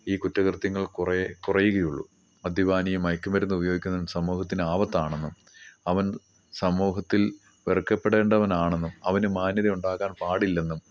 ഈ കുറ്റ കൃത്യങ്ങൾ കുറേ കുറയുകയുള്ളൂ മദ്യപാനിയും മയക്കുമരുന്ന് ഉപയോഗിക്കുന്നത് സമൂഹത്തിന് ആപത്താണെന്നും അവൻ സമൂഹത്തിൽ വെറുക്കപ്പെടേണ്ടവനാണെന്നും അവന് മാന്യത ഉണ്ടാകാൻ പാടില്ലെന്നും